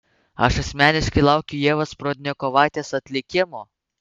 aš asmeniškai laukiu ievos prudnikovaitės atlikimo